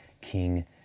King